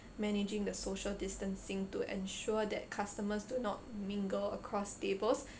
managing the social distancing to ensure that customers do not mingle across tables